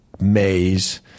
maze